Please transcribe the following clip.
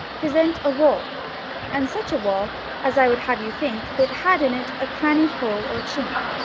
present a wall and such a wall as i would have you think that had in it a crannied hole or chink,